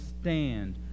stand